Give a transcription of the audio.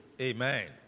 Amen